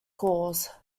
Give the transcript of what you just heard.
calls